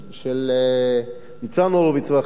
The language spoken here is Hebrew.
של ניצן הורוביץ ואחרים,